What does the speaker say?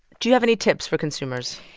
do you have any tips for consumers?